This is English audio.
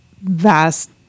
vast